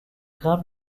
grimpe